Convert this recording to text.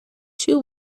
two